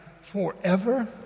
forever